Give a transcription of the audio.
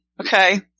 okay